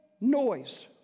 noise